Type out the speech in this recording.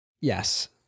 Yes